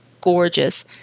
gorgeous